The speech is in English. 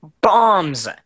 bombs